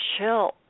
chill